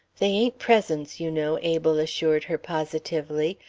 they ain't presents, you know, abel assured her positively.